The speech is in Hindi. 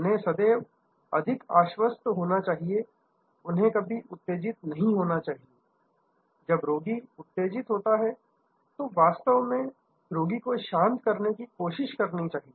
उन्हें सदैव अत्यधिक आश्वस्त होना चाहिए उन्हें कभी उत्तेजित नहीं होना चाहिए जब रोगी उत्तेजित होता है तो उन्हें वास्तव में रोगी को शांत करने की कोशिश करनी चाहिए